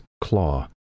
claw